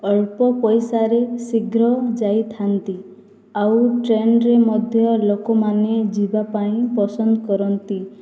ଅଳ୍ପ ପଇସାରେ ଶୀଘ୍ର ଯାଇଥାନ୍ତି ଆଉ ଟ୍ରେନ୍ରେ ମଧ୍ୟ ଲୋକମାନେ ଯିବା ପାଇଁ ପସନ୍ଦ କରନ୍ତି